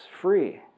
free